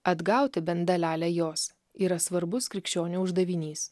atgauti bent dalelę jos yra svarbus krikščionio uždavinys